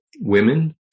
Women